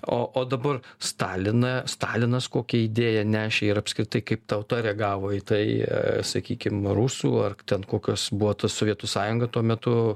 o o dabar staliną stalinas kokią idėją nešė ir apskritai kaip tauta reagavo į tai sakykim rusų ar ten kokios buvo tos sovietų sąjunga tuo metu